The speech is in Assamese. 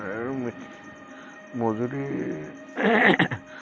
আৰু মজুৰি